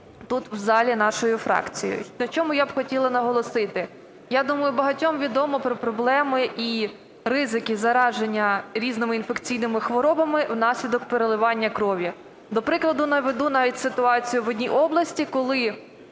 тут в залі нашою фракцією. На чому я б хотіла наголосити. Я думаю, багатьом відомо про проблеми і ризики зараження різними інфекційними хворобами внаслідок переливання крові. До прикладу наведу навіть ситуацію в одній області, коли